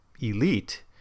elite